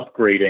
upgrading